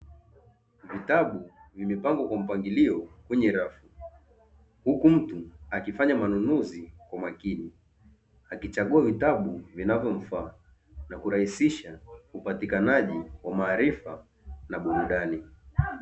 Vitabu vimepangwa kwa mpangilio kwenye rafu, huku mtu akifanya manunuzi kwa makini. Akichagua vitabu vinavyomfaa na kurahisisha upatikanaji wa maarifa na burudani.